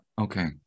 okay